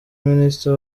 minister